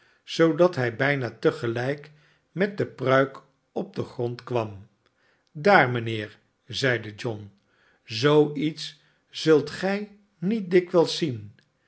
zoodat hij bijna te gelijk met de pruik op den grond kwam daar mijnheer zeide john zoo iets zult gij niet dikwijls zien